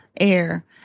air